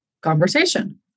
conversation